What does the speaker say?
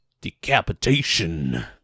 Decapitation